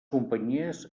companyies